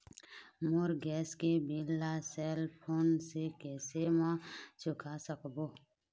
मोर gas के bill ला cell phone से कैसे म चुका सकबो?